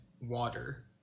water